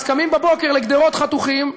קמים בבוקר לגדרות חתוכות,